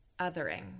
othering